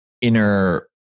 inner